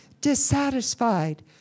dissatisfied